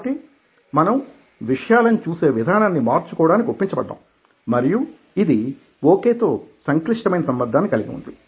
కాబట్టిమనంవిషయాలనుచూసే విధానాన్ని మార్చుకోవడానికి ఒప్పించబడ్డాం మరియు ఇది ఓకే తో సంక్లిష్టమైన సంబంధాన్ని కలిగి ఉంది